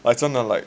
like 真的 like